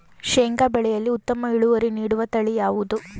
ಶೇಂಗಾ ಬೆಳೆಯಲ್ಲಿ ಉತ್ತಮ ಇಳುವರಿ ನೀಡುವ ತಳಿ ಯಾವುದು?